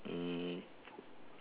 mm